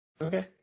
Okay